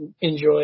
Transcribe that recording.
enjoy